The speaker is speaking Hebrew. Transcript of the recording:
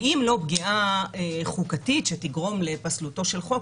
ואם לא פגיעה חוקתית שתגרום לפסלותו של חוק,